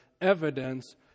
evidence